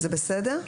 זה בסדר?